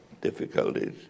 difficulties